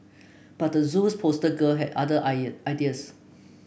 but the Zoo's poster girl had other ideas